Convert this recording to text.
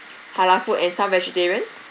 halal food and some vegetarians